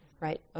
right